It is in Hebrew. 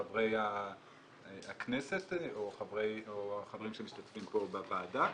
חברי הכנסת, או החברים שמשתתפים פה בוועדה.